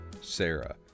Sarah